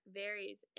varies